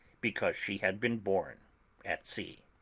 because she had been born at sea.